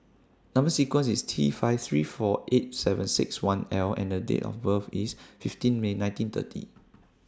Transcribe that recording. Number sequence IS T five three four eight seven six one L and The Date of birth IS fifteen May nineteen thirty